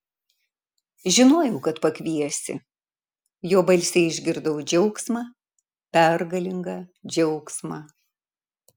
žinojau kad pakviesi jo balse išgirdau džiaugsmą pergalingą džiaugsmą